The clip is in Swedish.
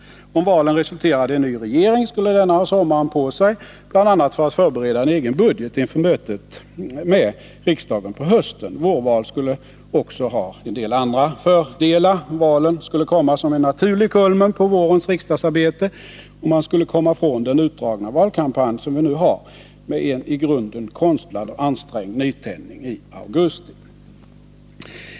Om valen resulterade i ny regering, skulle denna ha sommaren på sig att bl.a. förbereda en egen budget inför mötet med riksdagen på hösten. Vårval skulle också ha en del andra fördelar. Valen skulle komma som en naturlig kulmen på vårens riksdagsarbete, och man skulle komma från den utdragna valkampanj som vi nu har med en i grunden konstlad och ansträngd nytändning i augusti.